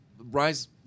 Rise